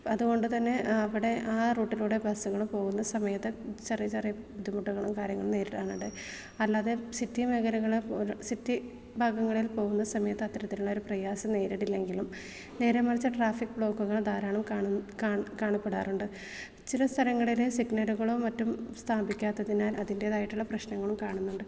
അത്കൊണ്ട്തന്നെ അവിടെ ആ റൂട്ടിലൂടെ ബസ്സുകള് പോവുന്ന സമയത്ത് ചെറിയ ചെറിയ ബുദ്ധിമുട്ടുകളും കാര്യങ്ങളും നേരിടാറുണ്ട് അല്ലാതെ സിറ്റി മേഖലകള് പോലു സിറ്റി ഭാഗങ്ങളില് പോവുന്ന സമയത്ത് അത്തരത്തിലുള്ളൊര് പ്രയാസം നേരിട്ടില്ലെങ്കിലും നേരെ മറിച്ച് അ ട്രാഫിക് ബ്ലോക്കുകളും ധാരാളം കാണുന്ന് കാണ് കാണപ്പെടാറുണ്ട് ചില സ്ഥലങ്ങളിലെ സിഗ്നലുകളും മറ്റും സ്ഥാപിക്കാത്തതിനാല് അതിന്റേതായിട്ടുള്ള പ്രശ്നങ്ങളും കാണുന്നുണ്ട്